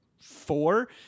four